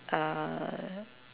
uh